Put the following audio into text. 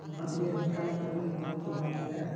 ᱩᱱᱟᱹᱜ ᱜᱮ ᱢᱤᱫᱴᱟᱝ ᱟᱛᱳ ᱨᱮ ᱢᱚᱱᱫᱤᱨ ᱠᱚ ᱵᱮᱱᱟᱣ ᱫᱟᱲᱮᱭᱟᱜᱼᱟ